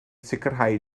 sicrhau